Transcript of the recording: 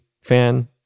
fan